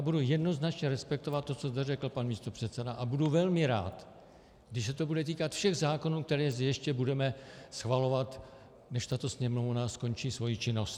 Budu jednoznačně respektovat to, co zde řekl pan místopředseda, a budu velmi rád, když se to bude týkat všech zákonů, které zde ještě budeme schvalovat, než tato Sněmovna skončí svoji činnost.